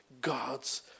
God's